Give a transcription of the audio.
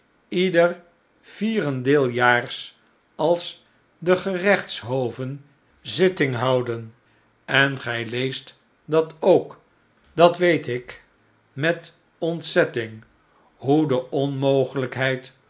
ieder vierendeeljaars als de gerechtshoven zitting houden en gij leest dat ook dat weet ik met ontzetting hoe de